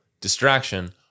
Distraction